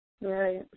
Right